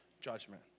judgment